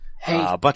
Hey